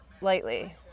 lightly